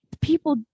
people